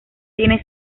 tiene